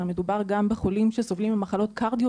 הרי מדובר גם בחולים הסובלים ממחלות קרדיו